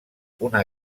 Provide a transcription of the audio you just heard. una